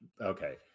okay